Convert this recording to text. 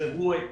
את